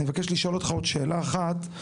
אני מבקש לשאול אותך עוד שאלה אחת.